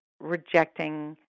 rejecting